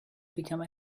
become